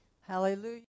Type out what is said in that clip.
Hallelujah